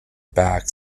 back